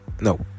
no